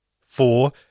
four